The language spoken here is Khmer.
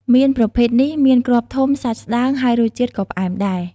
មៀនប្រភេទនេះមានគ្រាប់ធំ សាច់ស្តើង ហើយរសជាតិក៏ផ្អែមដែរ។